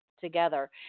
together